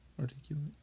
articulate